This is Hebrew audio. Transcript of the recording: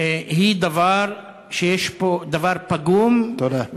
היא דבר, יש פה דבר פגום, תודה.